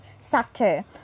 sector